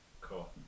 Cool